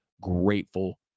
grateful